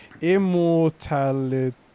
Immortality